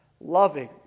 loving